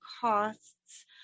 costs